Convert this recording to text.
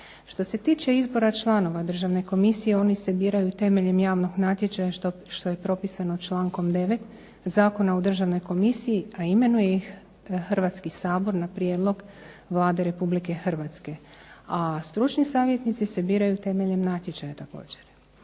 Što se tiče izbora članova Državne komisije oni se biraju temeljem javnog natječaja što je propisano člankom 9. Zakona o Državnoj komisiji, a imenuje ih Hrvatski sabor na prijedlog Vlade Republike Hrvatske, a stručni savjetnici se biraju temeljem natječaja također.